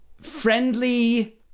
friendly